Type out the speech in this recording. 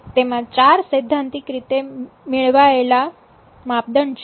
તેમાં ચાર સૈદ્ધાંતિક રીતે મેળવાયેલા માપદંડ છે